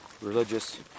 religious